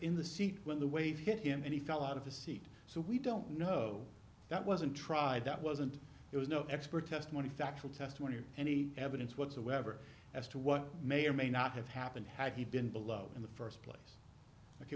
in the seat when the wave hit him and he fell out of the seat so we don't know that wasn't tried that wasn't there was no expert testimony factual testimony or any evidence whatsoever as to what may or may not have happened had he been below in the first place ok